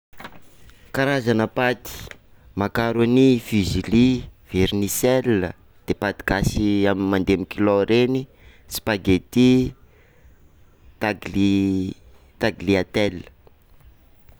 Karazana paty: macaroni, fusilli, vermicelle, de paty gasy mande amin'ny kilao reny, spaghetti, tagli- tagliatelle.